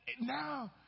Now